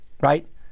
right